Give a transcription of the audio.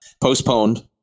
postponed